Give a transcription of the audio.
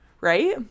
right